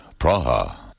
Praha